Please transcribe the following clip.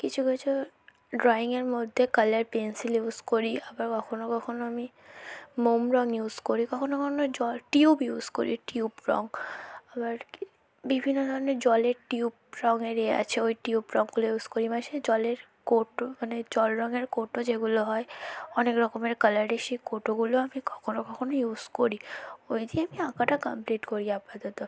কিছু কিছু ড্রইংয়ের মধ্যে কালার পেন্সিল ইউজ করি আবার কখনো কখনো আমি মোম রঙ ইউজ করি কখনো কখনো জল টিউব ইউজ করি টিউব রঙ আবার কি বিভিন্ন ধরনের জলের টিউব রঙের এ আছে ওই টিউব রঙগুলো ইউজ করি এমাসে জলের কৌটো মানে জল রঙের কৌটো যেগুলো হয় অনেক রকমের কালারে সে কৌটোগুলো আমি কখনো কখনো ইউস করি ওই দিয়ে আমি আঁকাটা কামপ্লিট করি আপাতত